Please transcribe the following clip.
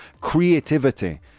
creativity